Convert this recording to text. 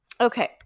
Okay